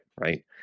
right